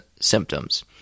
symptoms